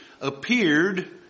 appeared